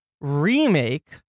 remake